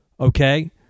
okay